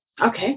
Okay